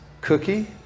cookie